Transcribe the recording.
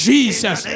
Jesus